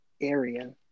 area